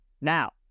Now